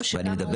או שגם אחות?